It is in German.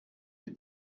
die